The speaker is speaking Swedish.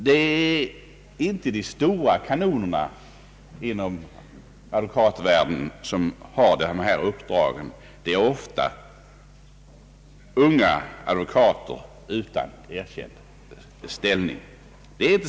Det är inte de stora kanonerna inom advokatvärlden som har dessa uppdrag, det är ofta unga advokater utan erkänd ställning.